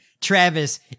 Travis